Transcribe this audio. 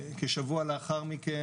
כשבוע לאחר מכן,